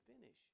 finish